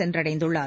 சென்றடைந்துள்ளார்